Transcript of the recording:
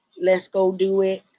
let's go do it.